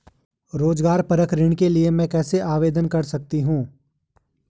रोज़गार परक ऋण के लिए मैं कैसे आवेदन कर सकतीं हूँ?